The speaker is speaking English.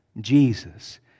Jesus